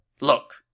Look